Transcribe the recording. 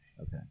Okay